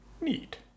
Neat